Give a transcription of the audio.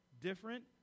different